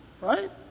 Right